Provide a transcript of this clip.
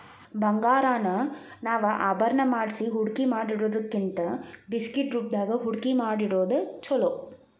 ಬಂಗಾರಾನ ನಾವ ಆಭರಣಾ ಮಾಡ್ಸಿ ಹೂಡ್ಕಿಮಾಡಿಡೊದಕ್ಕಿಂತಾ ಬಿಸ್ಕಿಟ್ ರೂಪ್ದಾಗ್ ಹೂಡ್ಕಿಮಾಡೊದ್ ಛೊಲೊ